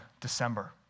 December